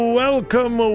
welcome